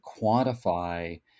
quantify